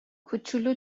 کوچولو